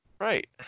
Right